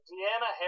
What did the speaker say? Deanna